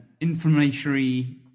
inflammatory